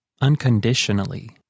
unconditionally